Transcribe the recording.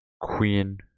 Queen